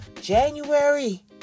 January